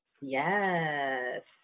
Yes